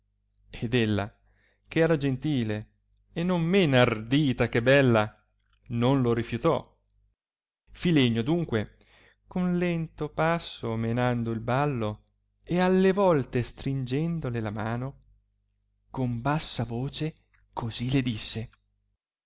ed ella che era gentile e non men ardita che bella non lo rifiutò filenio adunque con lento passo menando il ballo e alle volte stringendole la mano con bassa voce così le disse